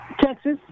Texas